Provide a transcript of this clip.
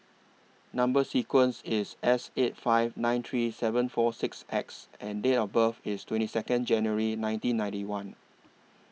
Number sequence IS S eight five nine three seven four six X and Date of birth IS twenty Second January nineteen ninety one